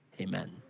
Amen